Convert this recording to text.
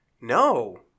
No